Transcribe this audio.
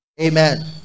amen